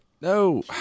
No